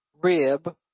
rib